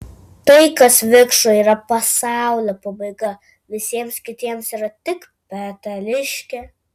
tai kas vikšrui yra pasaulio pabaiga visiems kitiems yra tik peteliškė